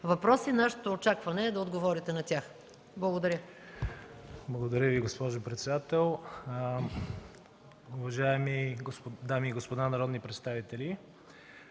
въпроси, нашето очакване е да отговорите на тях. Благодаря. СТОЯН МАВРОДИЕВ: Благодаря Ви, госпожо председател. Уважаеми дами и господа народни представители!